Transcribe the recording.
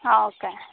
हाव का